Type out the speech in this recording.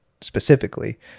specifically